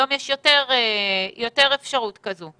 היום יש יותר אפשרות כזו.